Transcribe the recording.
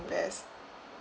~vest